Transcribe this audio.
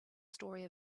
story